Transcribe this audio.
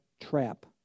trap